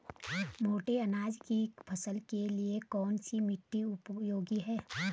मोटे अनाज की फसल के लिए कौन सी मिट्टी उपयोगी है?